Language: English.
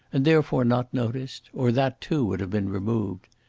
and therefore not noticed, or that, too, would have been removed.